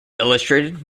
illustrated